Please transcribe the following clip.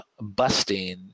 busting